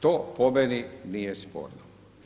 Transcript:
To po meni nije sporno.